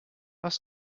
was